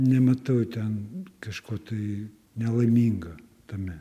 nematau ten kažko tai nelaiminga tame